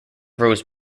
rose